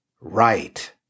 Right